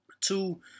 two